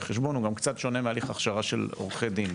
חשבון והוא גם קצת שונה מהליך ההכשרה של עורכי דין.